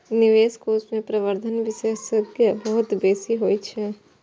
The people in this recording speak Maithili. निवेश कोष मे प्रबंधन विशेषज्ञता बहुत बेसी होइ छै